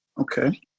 Okay